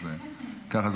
ככה.